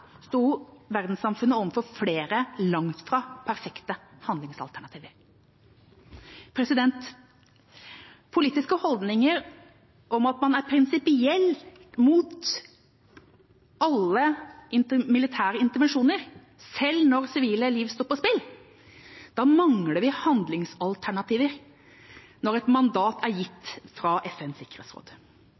sto verdenssamfunnet overfor flere langt fra perfekte handlingsalternativer.» Med politiske holdninger om at man er prinsipielt mot alle militære intervensjoner, selv når sivile liv står på spill, mangler man handlingsalternativer når et mandat er gitt fra FNs sikkerhetsråd.